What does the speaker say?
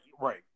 right